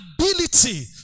ability